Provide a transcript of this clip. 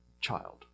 child